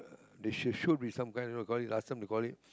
they should shoot with some gun you know you call it last time they call it